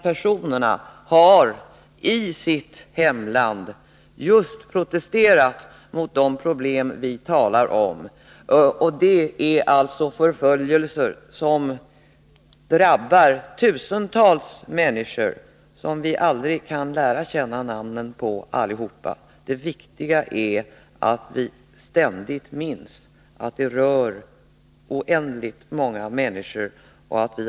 Dessa har i sitt hemland protesterat när det gäller de problem vi talar om; det är alltså förföljelser som drabbar tusentals människor, som vi aldrig kan lära känna namnen på. Det viktiga är att vi ständigt minns att det rör oändligt många människor.